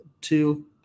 Two